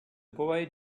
boy